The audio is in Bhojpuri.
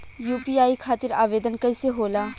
यू.पी.आई खातिर आवेदन कैसे होला?